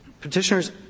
petitioners